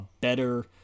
better